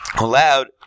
allowed